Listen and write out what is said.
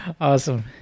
Awesome